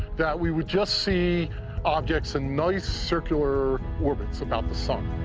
that we would just see objects in nice circular orbits about the sun.